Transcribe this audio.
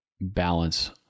balance